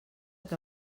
que